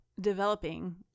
developing